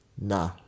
nah